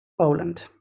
Poland